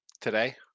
today